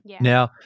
Now